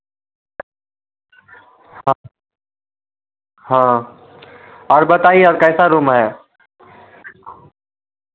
हाँ और बताईए और कैसा रूम है